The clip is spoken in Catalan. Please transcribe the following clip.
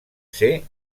ser